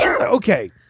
Okay